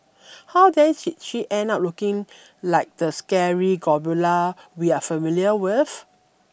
how then did she end up looking like the scary gargoyle we are familiar with